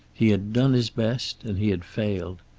he had done his best, and he had failed.